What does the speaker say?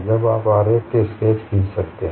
अब आप आरेख के स्केच खींच सकते हैं